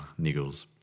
niggles